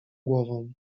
głową